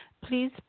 please